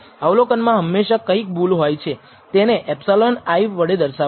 અવલોકનમાં હમેશા કંઈક ભૂલ હોય છે અને તેને ε i વડે દર્શાવાય છે